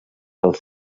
dels